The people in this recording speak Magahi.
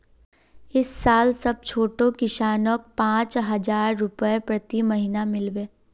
इस साल सब छोटो किसानक पांच हजार रुपए प्रति महीना मिल बे